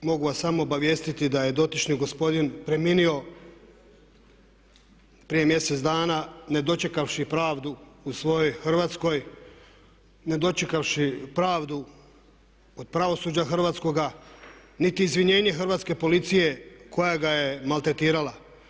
Mogu vas samo obavijestiti da je dotični gospodin preminuo prije mjesec dana ne dočekavši pravdu u svojoj Hrvatskoj, ne dočekavši pravdu od pravosuđa hrvatskoga niti izvinjenje hrvatske policije koja ga je maltretirala.